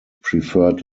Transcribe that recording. preferred